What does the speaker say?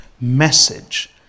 message